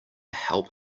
help